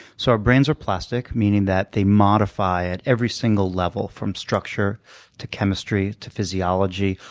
so our brains are plastic, meaning that they modify at every single level, from structure to chemistry to physiology,